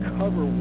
cover